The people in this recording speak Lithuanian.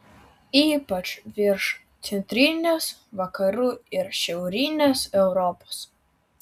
ypač virš centrinės vakarų ir šiaurinės europos